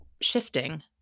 shifting